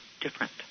different